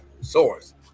source